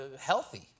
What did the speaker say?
healthy